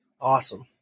Awesome